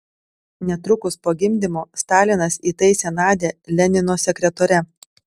netrukus po gimdymo stalinas įtaisė nadią lenino sekretore